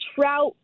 trout